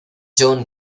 john